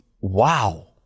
Wow